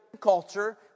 culture